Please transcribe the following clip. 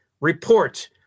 Report